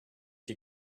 you